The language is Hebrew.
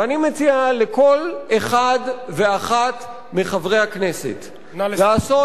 ואני מציע לכל אחד ואחת מחברי הכנסת לעשות